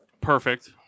perfect